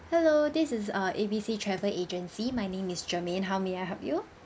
hello this is err ABC travel agency my name is germain how may I help you